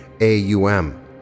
A-U-M